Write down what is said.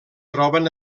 troben